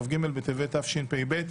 כ"ג בטבת התשפ"ב,